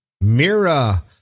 Mira